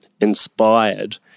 inspired